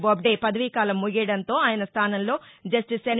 బొబ్దే పదవీకాలం ముగియడంతో ఆయన స్గానంలో జస్టిస్ ఎన్